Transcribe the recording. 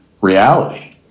reality